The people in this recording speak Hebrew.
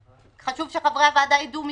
חשוב שחברי הוועדה יידעו מזה.